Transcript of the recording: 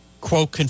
quote